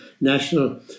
national